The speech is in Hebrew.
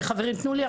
חברים, תנו לי.